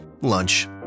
Lunch